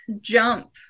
jump